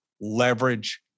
leverage